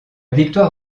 victoire